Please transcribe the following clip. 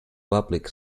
public